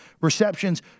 Receptions